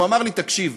הוא אמר לי: תקשיב,